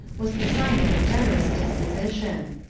was the sign of a generous disposition.